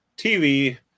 TV